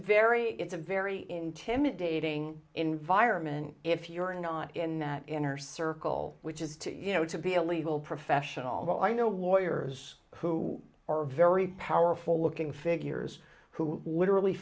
very it's a very intimidating environment if you're not in that inner circle which is to you know to be a legal professional although i know lawyers who are very powerful looking figures who literally